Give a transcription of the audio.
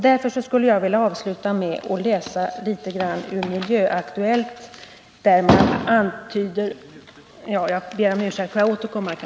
Eftersom min taletid nu är slut ber jag att få återkomma.